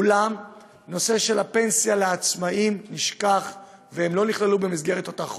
אולם הנושא של הפנסיה לעצמאים נשכח והם לא נכללו במסגרת אותה חובה.